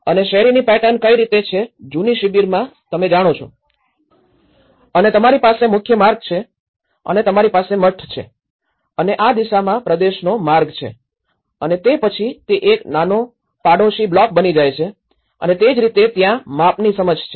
અને શેરીની પેટર્ન કઈ રીતે છે જૂની શિબિરમાં તમે જાણો છો અને તમારી પાસે મુખ્ય માર્ગ છે અને તમારી પાસે મઠ છે અને આ દિશામાં પ્રદેશનો માર્ગ છે અને તે પછી તે એક નાનો પડોશી બ્લોક બની જાય છે અને તે જ રીતે ત્યાં માપની સમજ છે